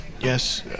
Yes